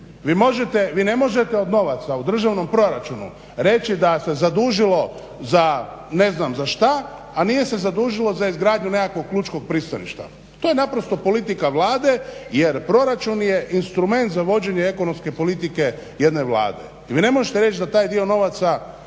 Vi ne možete od novaca u državnom proračunu reći da se zadužilo ne znam za šta, a nije se zadužilo za izgradnju nekakvog lučkog pristaništa. To je naprosto politika Vlade jer proračun je instrument za vođenje ekonomske politike jedne Vlade i vi ne možete reći da taj dio novaca je